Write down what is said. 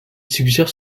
suggère